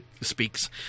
speaks